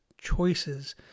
choices